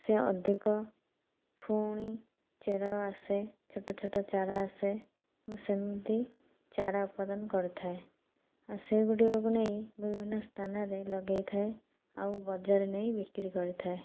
ସେ ଅଧିକ ପୁଣି ଚେର ଆସେ ଛୋଟ ଛୋଟ ଚାରା ଆସେ ମୁଁ ସେମିତି ଚାରା ଉତ୍ପାଦନ କରିଥାଏ ଆଉ ସେହିଗୁଡ଼ିକ କୁ ନେଇ ମୁଁ ବିଭିନ୍ନ ସ୍ଥାନରେ ଲଗେଇଥାଏ ଆଉ ବଜାର ରେ ନେଇ ବିକ୍ରି କରିଥାଏ